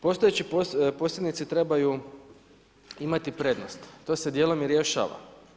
Postojeći posjednici trebaju imati prednost, to se dijelom i rješava.